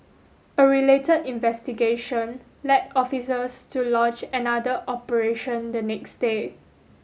a relate investigation led officers to launch another operation the next day